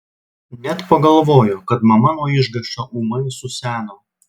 net pagalvojo kad mama nuo išgąsčio ūmai suseno